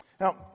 Now